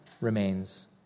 remains